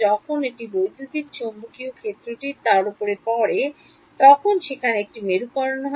যখন একটি বৈদ্যুতিক চৌম্বকীয় ক্ষেত্র তার উপর পড়ে তখন সেখানে একটি মেরুকরণ হয়